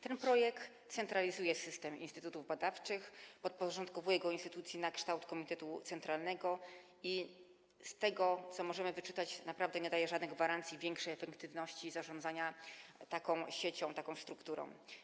Ten projekt centralizuje system instytutów badawczych, podporządkowuje go instytucji na kształt komitetu centralnego i z tego, co możemy wyczytać, naprawdę nie daje żadnych gwarancji większej efektywności zarządzania taką siecią, taką strukturą.